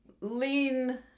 lean